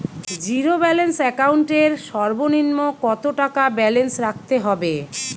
Zero balance account এর সর্বনিম্ন কত টাকা ব্যালেন্স রাখতে হবে?